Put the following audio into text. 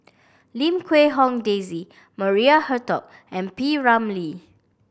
Lim Quee Hong Daisy Maria Hertogh and P Ramlee